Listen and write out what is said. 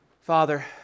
Father